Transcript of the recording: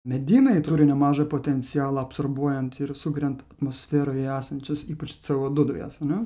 medynai turi nemažą potencialą absorbuojant ir sukuriant atmosferoje esančius ypač co du dujas ane